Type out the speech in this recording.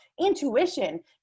intuition